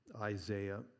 Isaiah